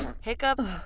Hiccup